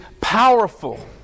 powerful